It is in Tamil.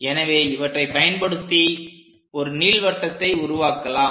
எனவே இவற்றைப் பயன்படுத்தி ஒரு நீள்வட்டத்தை உருவாக்கலாம்